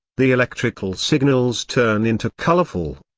the electrical signals turn into colorful,